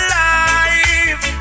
life